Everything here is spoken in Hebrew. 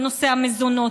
על נושא המזונות.